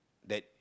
that